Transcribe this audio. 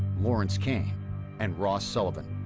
lawrence kane and ross sullivan.